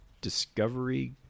Discovery